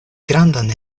grandan